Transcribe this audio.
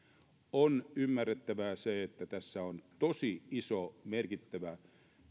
on ymmärrettävä se että tässä on tosi iso merkittävä